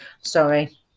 Sorry